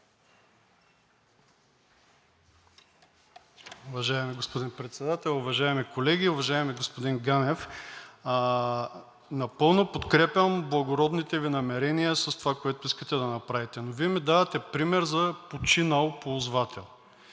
Вие ми давате пример за починал ползвател.